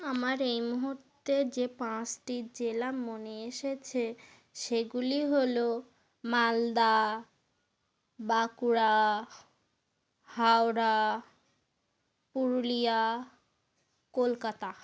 আমার এই মুহুর্তে যে পাঁচটি জেলা মনে এসেছে সেগুলি হল মালদা বাঁকুড়া হাওড়া পুরুলিয়া কলকাতা